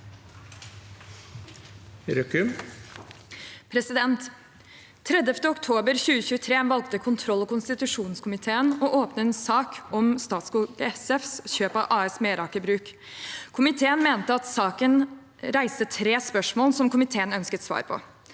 Den 30. oktober 2023 valgte kontroll- og konstitusjonskomiteen å åpne sak om Statskog SFs kjøp av AS Meraker Brug. Komiteen mente at saken reiste tre spørsmål som komiteen ønsket svar på: